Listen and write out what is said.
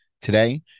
Today